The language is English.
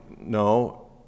no